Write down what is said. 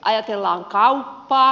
ajatellaan kauppaa